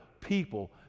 people